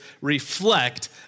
reflect